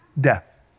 death